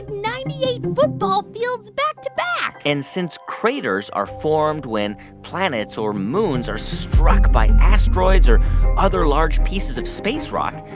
ninety eight football fields back to back and since craters are formed when planets or moons are struck by asteroids or other large pieces of space rock,